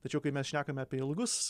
tačiau kai mes šnekame apie ilgus